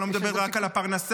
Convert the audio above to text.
אני לא מדבר רק על הפרנסה.